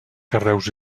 carreus